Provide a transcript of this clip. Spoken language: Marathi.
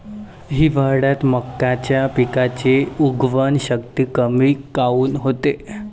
हिवाळ्यात मक्याच्या पिकाची उगवन शक्ती कमी काऊन होते?